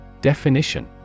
Definition